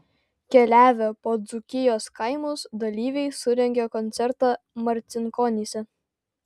keliavę po dzūkijos kaimus dalyviai surengė koncertą marcinkonyse